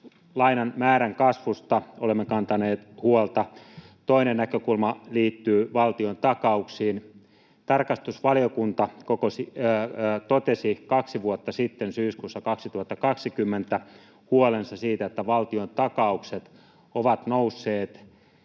Lainan määrän kasvusta olemme kantaneet huolta. Toinen näkökulma liittyy valtiontakauksiin. Tarkastusvaliokunta totesi kaksi vuotta sitten, syyskuussa 2020, huolensa siitä, että valtiontakaukset ovat nousseet